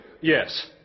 Yes